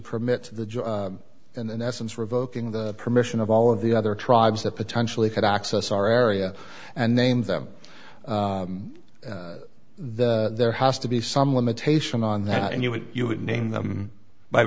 permit the judge and essence revoking the permission of all of the other tribes that potentially could access our area and name them then there has to be some limitation on that and you would you would name them by